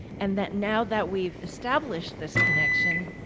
and that now that we've established this connection,